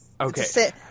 Okay